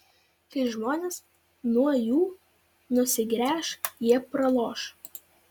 kai žmonės nuo jų nusigręš jie praloš